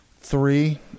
three